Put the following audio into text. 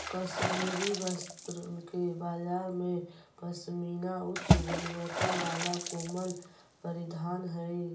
कश्मीरी वस्त्र के बाजार में पशमीना उच्च गुणवत्ता वाला कोमल परिधान हइ